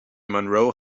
monroe